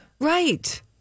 Right